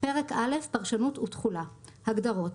פרק א' פרשות ותחולה הגדרות1.